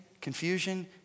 confusion